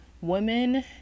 women